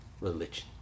religion